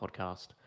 podcast